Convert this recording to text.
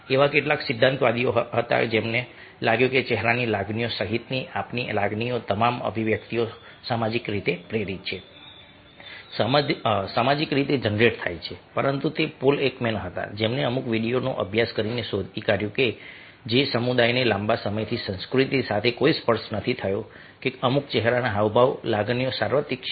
એવા કેટલાક સિદ્ધાંતવાદીઓ હતા જેમને લાગ્યું કે ચહેરાની લાગણીઓ સહિતની આપણી લાગણીઓની તમામ અભિવ્યક્તિઓ સામાજિક રીતે પ્રેરિત છે સામાજિક રીતે જનરેટ થાય છે પરંતુ તે પોલ એકમેન હતા જેમણે અમુક વિડિયોનો અભ્યાસ કરીને શોધી કાઢ્યું હતું કે જે સમુદાયને લાંબા સમયથી સંસ્કૃતિ સાથે કોઈ સ્પર્શ નથી થયો કે અમુક ચહેરાના હાવભાવ લાગણીઓ સાર્વત્રિક છે